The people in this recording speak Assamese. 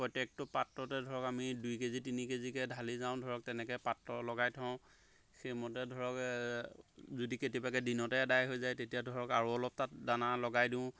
প্ৰত্যেকটো পাত্ৰতে ধৰক আমি দুই কেজি তিনি কেজিকৈ ঢালি যাওঁ ধৰক তেনেকৈ পাত্ৰ লগাই থওঁ সেইমতে ধৰক যদি কেতিয়াবাকে দিনতে এদায় হৈ যায় তেতিয়া ধৰক আৰু অলপ তাত দানা লগাই দিওঁ